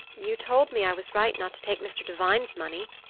you told me i was right not to take mr. devine's money,